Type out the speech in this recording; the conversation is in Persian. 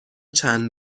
چند